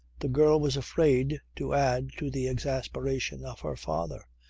the girl was afraid to add to the exasperation of her father.